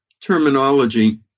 terminology